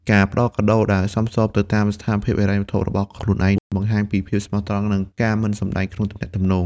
ការផ្ដល់កាដូដែលសមស្របទៅតាមស្ថានភាពហិរញ្ញវត្ថុរបស់ខ្លួនឯង បង្ហាញពីភាពស្មោះត្រង់ និងការមិនសម្ដែងក្នុងទំនាក់ទំនង។